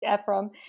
Ephraim